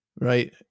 right